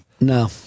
No